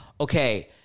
Okay